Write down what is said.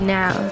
now